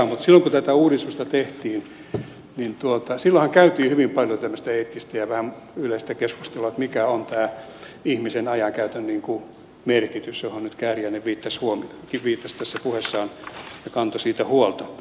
silloinhan kun tätä uudistusta tehtiin käytiin hyvin paljon tämmöistä eettistä ja vähän yleistä keskustelua että mikä on tämä ihmisen ajankäytön merkitys johon nyt kääriäinen viittasi tässä puheessaan ja kantoi siitä huolta